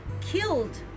killed